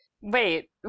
Wait